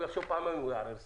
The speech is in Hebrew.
הוא יחשוב פעמיים אם לערער סרק.